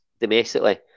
domestically